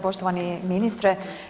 Poštovani ministre.